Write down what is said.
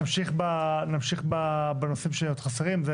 נמשיך בנושאים שעוד חסרים.